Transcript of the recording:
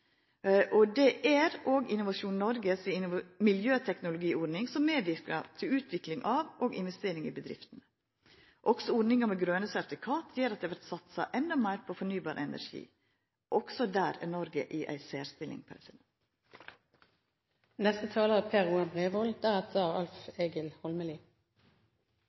og det er òg Innovasjon Norge si miljøteknologiordning, som medverkar til utvikling av og investering i bedrifter. Ordninga med grøne sertifikat gjer òg at det vert satsa enda meir på fornybar energi. Også der er Noreg i ei særstilling.